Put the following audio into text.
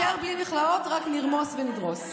אז נישאר בלי "מכלאות", רק "נרמוס" ו"נדרוס".